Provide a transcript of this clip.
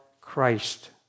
Christ